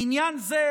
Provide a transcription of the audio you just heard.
בעניין זה,